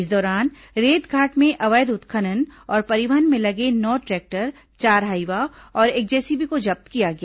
इस दौरान रेत घाट में अवैध उत्खनन और परिवहन में लगे नौ ट्रैक्टर चार हाईवा और एक जेसीबी को जब्त किया गया